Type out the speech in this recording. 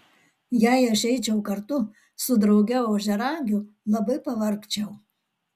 jei aš eičiau kartu su drauge ožiaragiu labai pavargčiau